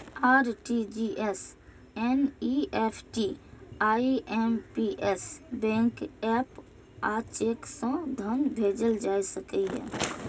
RTGS, NEFT, IMPS, bank app आ cheque सं धन भेजल जा सकैए